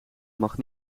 mag